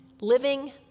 living